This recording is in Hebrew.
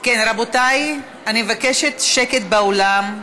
רבותי, אני מבקשת שקט באולם.